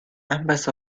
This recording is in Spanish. ambas